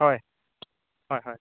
হয় হয় হয়